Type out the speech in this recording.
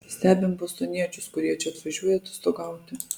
stebim bostoniečius kurie čia atvažiuoja atostogauti